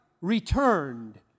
returned